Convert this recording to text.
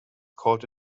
called